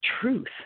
truth